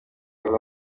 aza